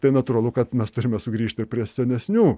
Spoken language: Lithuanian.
tai natūralu kad mes turime sugrįžti prie senesnių